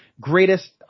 greatest